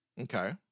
okay